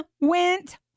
went